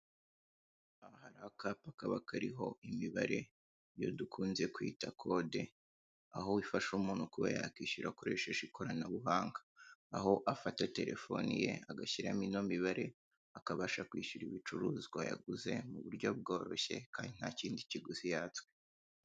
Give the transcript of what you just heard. Akapa kaba kariho imibare dukunze kwita kode, aho ifasha umuntu kuba yakwishyura akoresheje ikoranabuhanga, aho afata telefone ye agashyiramo imibare akabasha kwishyura ibicuruzwa yaguze mu buryo bworoshye kandi ntakindi kiguzi yatswe.